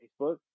Facebook